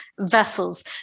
vessels